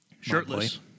shirtless